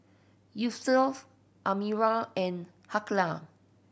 Yusuf Amirah and Aqilah